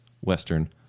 Western